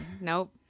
Nope